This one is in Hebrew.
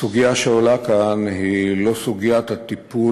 הסוגיה שעולה כאן היא לא סוגיית הטיפול